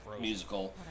musical